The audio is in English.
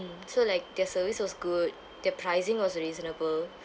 so like their service was good their pricing was reasonable